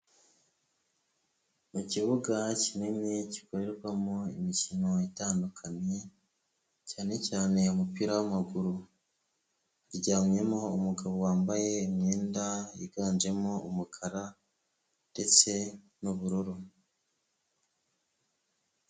Mu kibuga kinini gikorerwamo imikino itandukanye cyane cyane umupira w'amaguru, haryamyemo umugabo wambaye imyenda yiganjemo umukara ndetse n'ubururu.